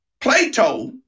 Plato